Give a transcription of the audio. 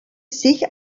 sich